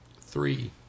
Three